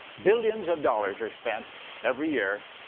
billions of dollars are spent every year,